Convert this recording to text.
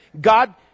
God